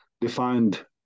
defined